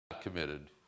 committed